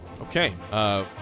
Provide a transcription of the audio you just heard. Okay